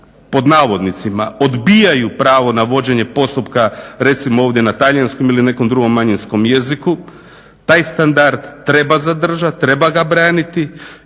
pripadnici manjina "odbijaju" pravo na vođenje postupka recimo ovdje na talijanskom ili nekom drugom manjinskom jeziku. Taj standard treba zadržati, treba ga braniti.